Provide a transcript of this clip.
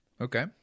Okay